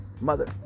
mother